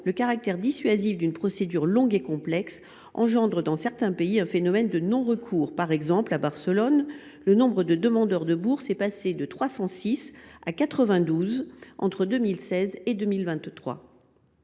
le caractère dissuasif d’une procédure longue et complexe engendre dans certains pays un phénomène de non recours. Par exemple, à Barcelone, le nombre de demandeurs de bourses est passé de 306 à 92 entre 2016 et 2023.